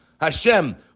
Hashem